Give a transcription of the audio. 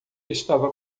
estava